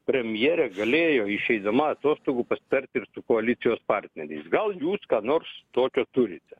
premjerė galėjo išeidama atostogų pasitart ir su koalicijos partneriais gal jūs ką nors tokio turite